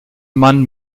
man